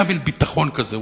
היה מין ביטחון כזה.